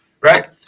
Right